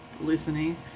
listening